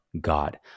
God